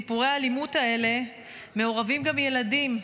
אבל ברבים מסיפורי האלימות האלה מעורבים גם ילדים.